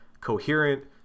coherent